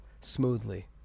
smoothly